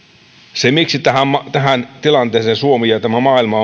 se miksi tähän tilanteeseen suomi ja tämä maailma